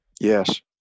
Yes